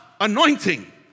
anointing